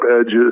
edges